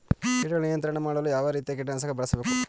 ಕೀಟಗಳ ನಿಯಂತ್ರಣ ಮಾಡಲು ಯಾವ ರೀತಿಯ ಕೀಟನಾಶಕಗಳನ್ನು ಬಳಸಬೇಕು?